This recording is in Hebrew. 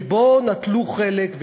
שבו נטלו חלק,